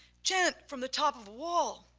gent from the top of a wall,